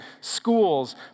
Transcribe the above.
schools